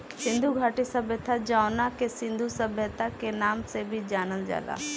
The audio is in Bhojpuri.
सिंधु घाटी सभ्यता जवना के सिंधु सभ्यता के नाम से भी जानल जाला